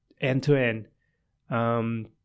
end-to-end